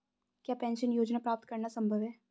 क्या पेंशन योजना प्राप्त करना संभव है?